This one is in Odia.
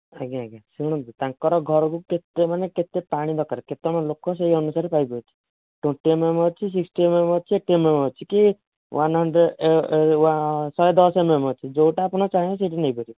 ଆଜ୍ଞା ଆଜ୍ଞା ଶୁଣନ୍ତୁ ତାଙ୍କର ଘରକୁ କେତେମାନେ କେତେ ପାଣି ଦରକାର କେତେ ଜଣ ଲୋକ ସେହି ଅନୁସାରେ ପାଇପ ଅଛି ଟ୍ୱେଣ୍ଟି ଏମ୍ଏମ୍ ଅଛି ସିକ୍ସଟି ଏମ୍ଏମ୍ ଅଛି ଏଇଟି ଏମ୍ଏମ୍ ଅଛି କି ୱାନ ହଣ୍ଡ୍ରେଡ ଶହେ ଦଶ ଏମ୍ଏମ୍ ଅଛି ଯେଉଁଟା ଆପଣ ଚାହିଁବେ ସେହିଟା ନେଇପାରିବେ